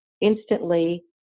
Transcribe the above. instantly